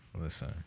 Listen